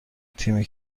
تیمی